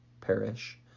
perish